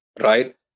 right